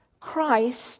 Christ